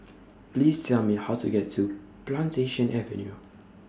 Please Tell Me How to get to Plantation Avenue